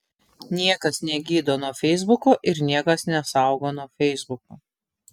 niekas negydo nuo feisbuko ir niekas nesaugo nuo feisbuko